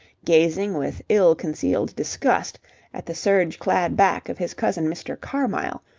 gazing with ill-concealed disgust at the serge-clad back of his cousin mr. carmyle,